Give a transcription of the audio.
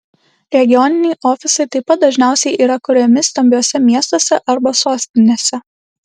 regioniniai ofisai taip pat dažniausiai yra kuriami stambiuose miestuose arba sostinėse